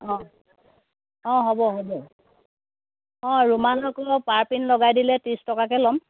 অঁ হ'ব হ'ব অঁ ৰুমাল আকৌ পাৰ্পিন লগাই দিলে ত্ৰিছ টকাকৈ লম